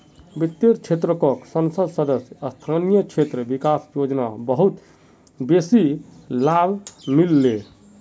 वित्तेर क्षेत्रको संसद सदस्य स्थानीय क्षेत्र विकास योजना बहुत बेसी लाभ मिल ले